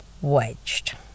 wedged